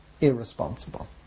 irresponsible